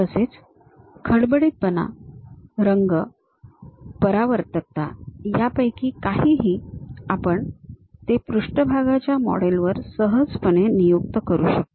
तसेच खडबडीतपणा रंग परावर्तकता यापैकी काहीही आपण ते पृष्ठभागाच्या मॉडेलवर सहजपणे नियुक्त करू शकतो